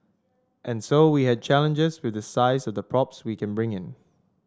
and so we had challenges with the size of the props we can bring in